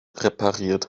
repariert